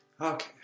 Okay